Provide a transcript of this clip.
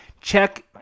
check